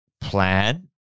plan